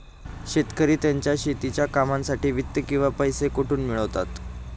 शेतकरी त्यांच्या शेतीच्या कामांसाठी वित्त किंवा पैसा कुठून मिळवतात?